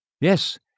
Yes